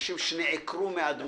והמשך בכך שאנשים נעקרו מאדמותיהם,